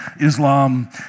Islam